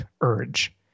urge